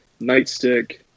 Nightstick